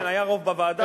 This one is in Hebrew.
כן, היה רוב בוועדה.